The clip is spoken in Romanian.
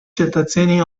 cetățenii